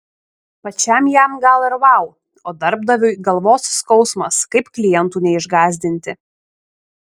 pačiam jam gal ir vau o darbdaviui galvos skausmas kaip klientų neišgąsdinti